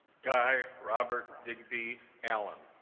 guy robert digby alan